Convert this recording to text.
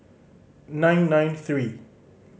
nine nine three